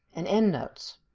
and endnotes.